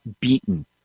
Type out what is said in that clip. beaten